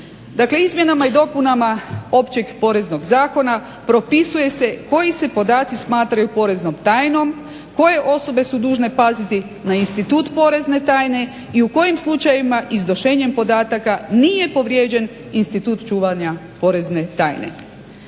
izmjenama i dopunama Općeg poreznog zakona propisuje se koji se podaci smatraju poreznom tajnom, koje osobe su dužne paziti na institut porezne tajne i u kojim slučajevima iznošenjem podataka nije povrijeđen institut čuvanja porezne tajne.